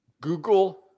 Google